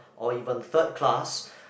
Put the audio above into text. or even third class